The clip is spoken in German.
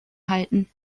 halten